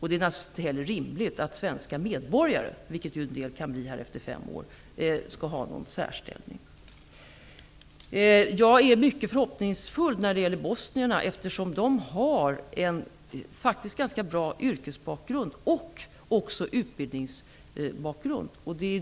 Det är heller inte rimligt att somliga svenska medborgare, vilket ju en del kan bli efter fem år, skall ha en särställning. Jag är mycket förhoppningsfull när det gäller bosnierna eftersom de har en ganska bra yrkesbakgrund och utbildningsbakgrund.